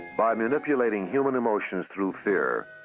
by manipulating human emotions through fear,